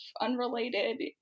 unrelated